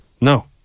No